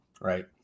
right